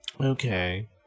Okay